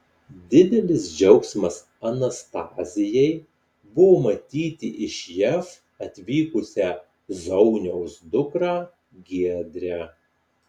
didelis džiaugsmas anastazijai buvo matyti iš jav atvykusią zauniaus dukrą giedrę